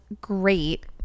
great